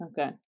okay